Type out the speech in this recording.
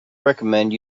recommend